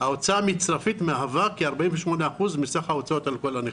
ההוצאה המצרפית מהווה כ-48% מסך ההוצאות על כל הנכים.